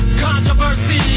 controversy